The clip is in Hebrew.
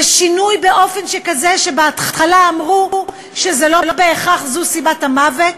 זה שינוי באופן כזה שבהתחלה אמרו שלא בהכרח זו סיבת המוות,